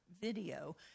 video